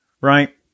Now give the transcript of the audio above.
right